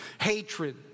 hatred